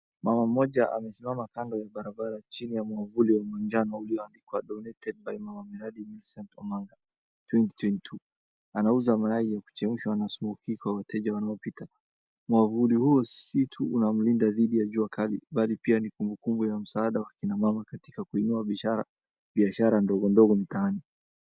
Mama mmoja amesimama kando ya barabara chini ya mwavuli wa manjano ulioandikwa [ donated by] Mama miradi, Millicent Omanga 2022. Anauza mayai ya kuchemshwa na smoki kwa wateja wanaopita. Mwavuli huu si tu unamlinda dhidi ya jua kali, bali pia ni kumbukumbu ya msaada wa kina mama katika kuinua biashara ndogondogo mitaani.